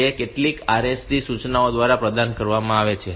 તે કેટલીક RST સૂચનાઓ દ્વારા પ્રદાન કરવામાં આવે છે